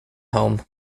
home